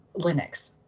Linux